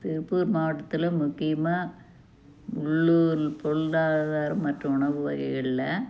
திருப்பூர் மாவட்டத்தில் முக்கியமாக உள்ளூர் பொருளாதாரம் மற்றும் உணவு வகைகளில்